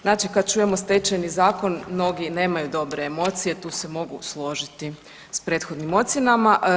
Znači kad čujemo Stečajni zakon mnogi nemaju dobre emocije, tu se mogu složiti sa prethodnim ocjenama.